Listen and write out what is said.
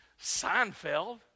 Seinfeld